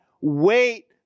wait